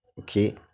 Okay